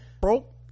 broke